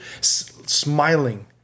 smiling